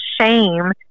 shame